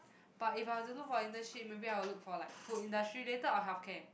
but if I do look for internship maybe I'll look for like food industry related or health care